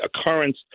occurrence